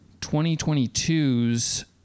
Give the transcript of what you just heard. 2022's